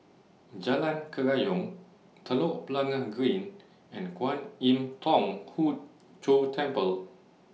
Jalan Kerayong Telok Blangah Green and Kwan Im Thong Hood Cho Temple